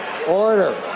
Order